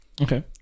okay